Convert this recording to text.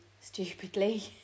stupidly